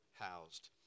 housed